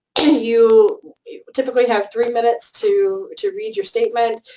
and you typically have three minutes to to read your statement.